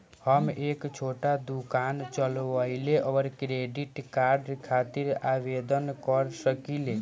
हम एक छोटा दुकान चलवइले और क्रेडिट कार्ड खातिर आवेदन कर सकिले?